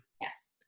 Yes